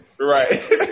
Right